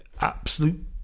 Absolute